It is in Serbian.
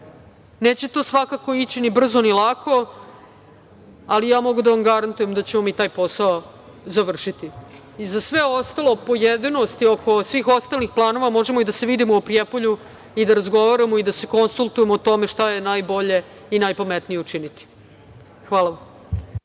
Neće to svakako ići ni brzo ni lako, ali mogu da vam garantujem da ćemo mi taj posao završiti.Za sve ostale pojedinosti oko svih ostalih planova možemo i da se vidimo u Prijepolju i da razgovaramo i da se konsultujemo o tome što je najbolje i najpametnije učiniti. Hvala.